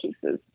cases